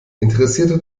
interessierte